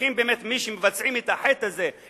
ומי שמבצעים את החטא הזה,